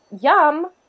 yum